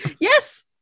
yes